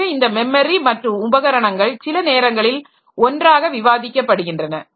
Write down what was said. எனவே இந்த மெமரி மற்றும் உபகரணங்கள் சில நேரங்களில் ஒன்றாக விவாதிக்கப்படுகின்றன